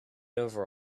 over